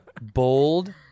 Bold